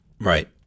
Right